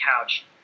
couch